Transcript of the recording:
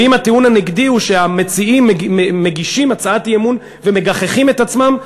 ואם הטיעון הנגדי הוא שהמציעים מגישים הצעת אי-אמון ומגחכים את עצמם,